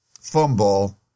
fumble